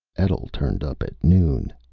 etl turned up at noon.